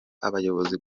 abayobozi